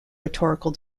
rhetorical